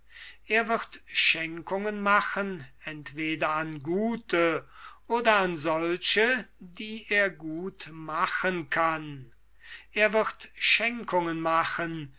er wird schenkungen machen entweder an gute oder an solche die er gut machen kann er wird schenkungen machen